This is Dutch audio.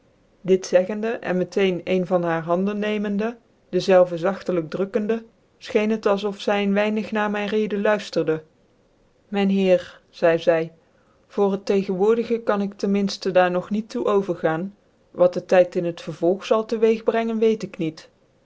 dit zeggende en met een een van haar handen nemende dezelve zagtelijk drukkende fcheen hec als of zy een weinig na mijn reden luisterde mijn heer zeide zy voor het tegenwoordige kan ik ten minftcn daar noch niet toe over gaan j wat de tyd in het vervolg zal tc weeg brengen weet ik niet